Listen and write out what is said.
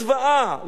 לגבורתה,